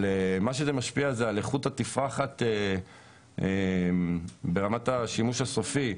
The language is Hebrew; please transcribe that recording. זה משפיע על איכות התפרחת ברמת השימוש הסופי,